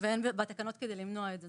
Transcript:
ואין בתקנות כדי למנוע את זה.